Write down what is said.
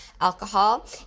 alcohol